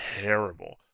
terrible